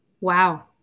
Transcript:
Wow